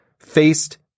faced